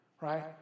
right